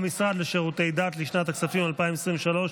המשרד לשירותי דת, לשנת הכספים 2023,